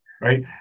right